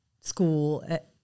school